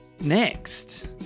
next